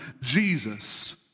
jesus